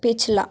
ਪਿਛਲਾ